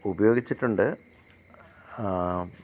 ഉപയോഗിച്ചിട്ടുണ്ട്